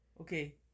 Okay